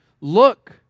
Look